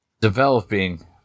developing